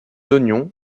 oignons